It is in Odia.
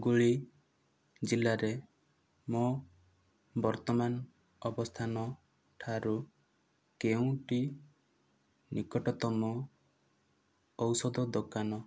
ହୁୁଗୁଳୀ ଜିଲ୍ଲାରେ ମୋ ବର୍ତ୍ତମାନ ଅବସ୍ଥାନ ଠାରୁ କେଉଁଟି ନିକଟତମ ଔଷଧ ଦୋକାନ